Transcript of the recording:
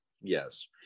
yes